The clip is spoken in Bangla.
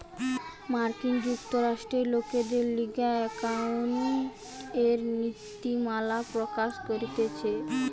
মার্কিন যুক্তরাষ্ট্রে লোকদের লিগে একাউন্টিংএর নীতিমালা প্রকাশ করতিছে